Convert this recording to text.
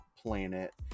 planet